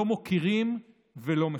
לא מוקירים ולא מכבדים.